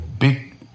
big